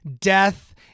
death